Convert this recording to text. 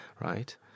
right